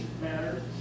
matters